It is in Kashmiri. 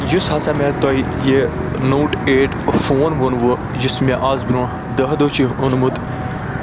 یُس ہسا مےٚ تۄہہِ یہِ نوٹ ایٹ فون ووٚنوُ یُس مےٚ آز برٛونٛہہ دَہ دۄہ چھِ اوٚنمُت